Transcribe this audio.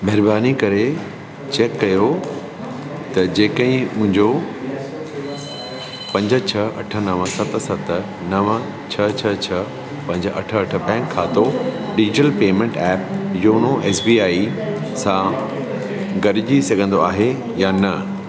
महिरबानी करे चैक कयो त जेके मुंहिंजो पंज छह अठ नव सत सत नव छह छह छह पंज अठ अठ बैंक खातो digital payment app YONO S B I सां गॾिजी सघंदो आहे या न